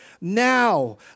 now